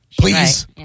Please